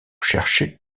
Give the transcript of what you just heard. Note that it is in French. cherché